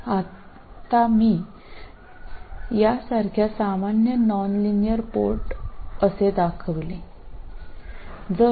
ഇപ്പോൾ ഇതുപോലുള്ള ഒരു പൊതു നോൺലീനിയർ വൺ പോർട്ടിനെ ഞാൻ പ്രതിനിധീകരിക്കും